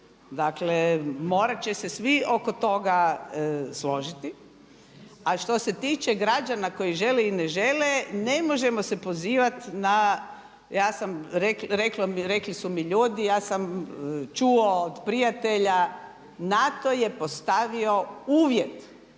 dakle morat će se svi oko toga složiti. A što se tiče građana koji žele i ne žele, ne možemo se pozivati na rekli su mi ljudi ja sam čuo od prijatelja. NATO je postavio uvjet,